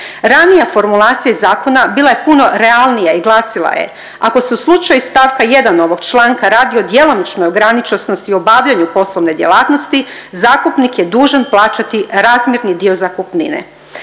Ranija formulacija iz zakona bila je puno realnija i glasila je, ako se u slučaju st. 1. ovog članka radi o djelomičnoj ograničenosti u obavljanju poslovne djelatnosti zakupnik je dužan plaćati razmjerni dio zakupnine.